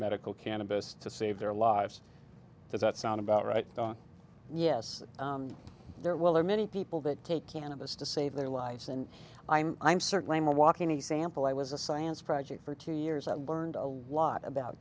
medical cannabis to save their lives does that sound about right yes there will are many people that take cannabis to save their lives and i'm i'm certainly i'm a walking example i was a science project for two years i learned a lot about